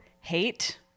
hate